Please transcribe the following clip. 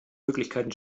möglichkeiten